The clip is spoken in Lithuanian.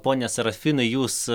pone serafinai jūs